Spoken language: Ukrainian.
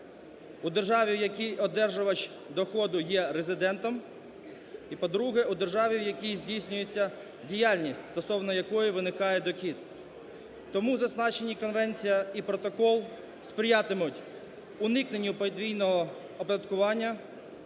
у державі, в якій одержувач доходу є резидентом і, по-друге, у державі, в якій здійснюється діяльність, стосовно якої виникає дохід. Тому зазначені конвенція і протокол сприятимуть уникненню подвійного оподаткування,